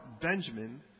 Benjamin